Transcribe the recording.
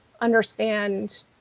understand